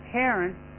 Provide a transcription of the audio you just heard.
parents